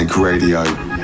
Radio